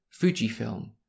Fujifilm